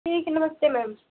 ठीक है नमस्ते मैम